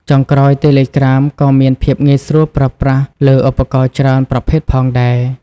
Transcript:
ចុងក្រោយ តេឡេក្រាមក៏មាន ភាពងាយស្រួលប្រើប្រាស់លើឧបករណ៍ច្រើន ប្រភេទផងដែរ។